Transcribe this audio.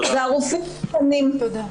והרופאים --- תודה רבה.